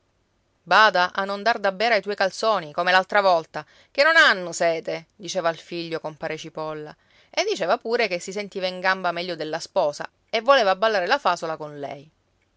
bada a non dar da bere ai tuoi calzoni come l'altra volta che non hanno sete diceva al figlio compare cipolla e diceva pure che si sentiva in gamba meglio della sposa e voleva ballare la fasola con lei